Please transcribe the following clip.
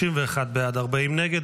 32 בעד, 40 נגד.